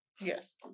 Yes